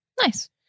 Nice